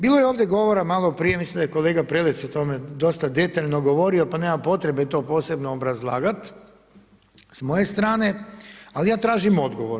Bilo je ovdje govora malo prije, mislim da je kolega Prelec o tome dosta detaljno govorio pa nema potrebe to posebno obrazlagati, s moje strane, ali ja tražim odgovor.